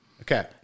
Okay